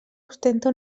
ostenta